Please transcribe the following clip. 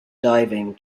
diving